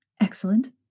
excellent